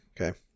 okay